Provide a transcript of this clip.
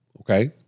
Okay